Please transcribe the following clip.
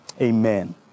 amen